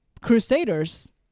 crusaders